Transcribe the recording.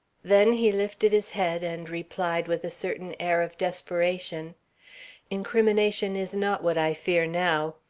then he lifted his head and replied with a certain air of desperation incrimination is not what i fear now.